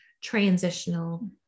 transitional